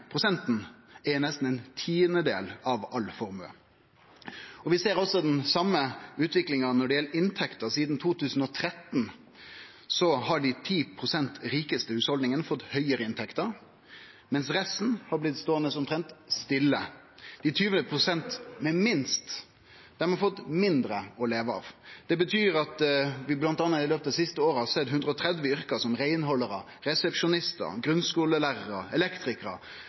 av all formue. Vi ser også den same utviklinga når det gjeld inntekter. Sidan 2013 har dei 10 pst. rikaste hushalda fått høgare inntekter, mens resten har blitt ståande omtrent stille. Dei 20 pst. med minst har fått mindre å leve av. Det betyr bl.a. at vi i det siste året har sett at i 130 yrke, som